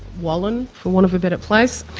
wallen, for want of a better place,